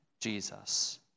Jesus